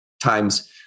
times